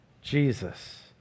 Jesus